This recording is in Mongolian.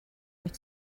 мэт